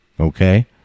okay